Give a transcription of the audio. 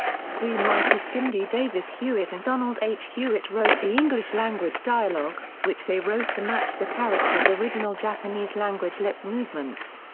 screenwriters cindy davis hewitt and donald h. hewitt wrote the english-language dialogue, which they wrote to match the characters' original japanese-language lip movements.